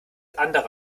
andere